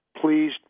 Please